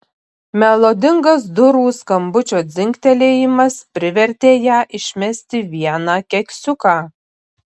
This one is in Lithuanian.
melodingas durų skambučio dzingtelėjimas privertė ją išmesti vieną keksiuką